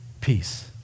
peace